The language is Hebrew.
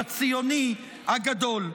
הציוני הגדול.